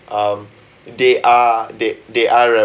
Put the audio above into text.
um they are they they are